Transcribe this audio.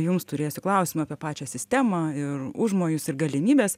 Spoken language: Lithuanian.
jums turėsiu klausimą apie pačią sistemą ir užmojus ir galimybes